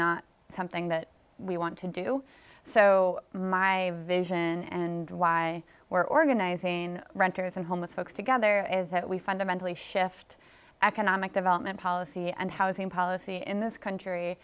not something that we want to do so my vision and why we're organizing renters and homeless folks together is that we fundamentally shift economic development policy and housing policy in this country